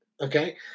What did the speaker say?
okay